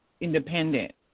independent